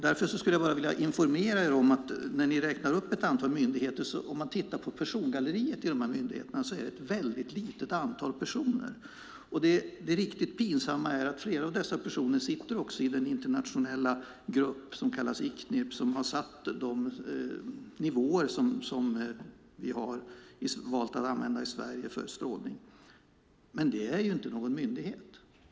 Därför skulle jag bara vilja informera dem om något eftersom de räknade upp ett antal myndigheter. Om man tittar på persongalleriet i dessa myndigheter är det ett mycket litet antal personer. Det riktigt pinsamma är att flera av dessa personer också sitter i den internationella grupp som kallas Icnirp som har satt upp de nivåer som vi har valt att använda i Sverige för strålning. Men det är inte någon myndighet.